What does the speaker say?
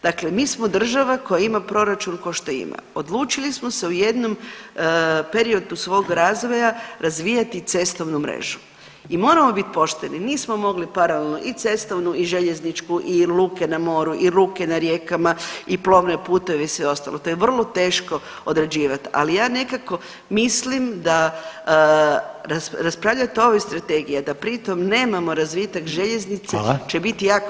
Dakle, mi smo država koja ima proračun ko što ima, odlučili smo se u jednom periodu svog razvoja razvijati cestovnu mrežu i moramo biti pošteni nismo mogli paralelno i cestovnu i željezničku i luke na moru i luke na rijekama i plovne putove i sve ostalo, to je vrlo teško odrađivat, ali ja nekako mislim da raspravljat o ovoj strategiji, a da pri tom nemamo razvitak željeznice će biti jako teško.